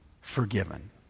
forgiven